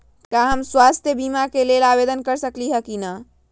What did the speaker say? का हम स्वास्थ्य बीमा के लेल आवेदन कर सकली ह की न?